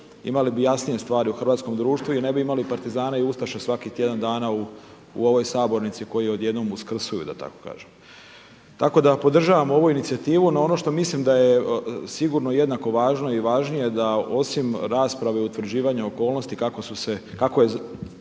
imali bi jasnije stvari u hrvatskom društvu i ne bi imali partizane i ustaše svakih tjedan dana u ovoj sabornici koji odjednom uskrsuju da tako kažem. Tako da podržavam ovu inicijativu. No, ono što mislim da je sigurno jednako važno i važnije da osim rasprave o utvrđivanju okolnosti kako su